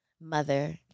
mother